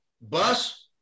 bus